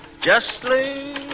justly